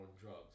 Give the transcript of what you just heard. drugs